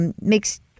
makes